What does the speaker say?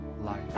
life